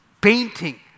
painting